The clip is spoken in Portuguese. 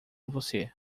você